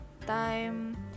time